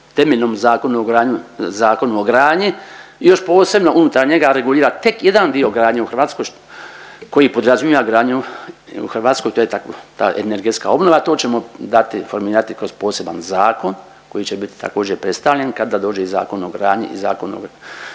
temeljnom Zakonu o gradnji još posebno unutar njega regulira tek jedan dio gradnje u Hrvatskoj koji podrazumijeva gradnju u Hrvatskoj, to je ta energetske obnova. To ćemo dati formirati kroz poseban zakon koji će biti također predstavljen kada dođe i Zakon o gradnji i Zakon o